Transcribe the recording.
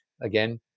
Again